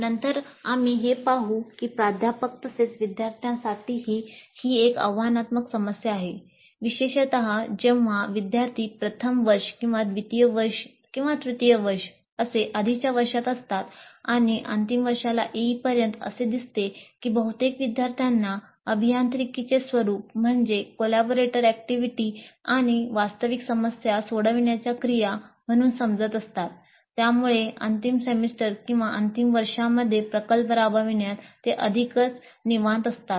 नंतर आम्ही हे पाहू की प्राध्यापक तसेच विद्यार्थ्यांसाठीही ही एक आव्हानात्मक समस्या आहे विशेषत जेव्हा विद्यार्थी प्रथम वर्ष किंवा द्वितीय वर्ष किंवा तृतीय वर्ष असे आधीच्या वर्षांत असतात आणि अंतिम वर्षाला येईपर्यंत असे दिसते की बहुतेक विद्यार्थ्यांना अभियांत्रिकीचे स्वरूप म्हणजे कॉलॅबोरेटोर ऍक्टिव्हिटी आणि वास्तविक समस्या सोडवण्याच्या क्रिया म्हणून समजत असतात त्यामुळे अंतिम सेमेस्टर किंवा अंतिम वर्षामध्ये प्रकल्प राबविण्यात ते अधिकच निवांत असतात